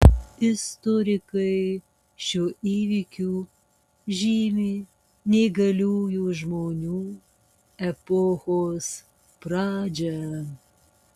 istorikai šiuo įvykiu žymi neįgaliųjų žmonių epochos pradžią